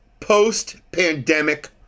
post-pandemic